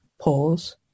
Pause